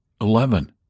Eleven